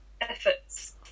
efforts